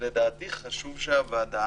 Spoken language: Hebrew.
שלדעתי חשוב שהוועדה